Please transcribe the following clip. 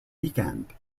weekend